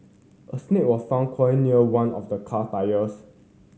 a snake was found coiled near one of the car tyres